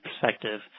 perspective